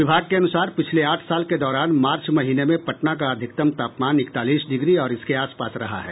विभाग के अनुसार पिछले आठ साल के दौरान मार्च महीने में पटना का अधिकतम तापमान इकतालीस डिग्री और इसके आसपास रहा है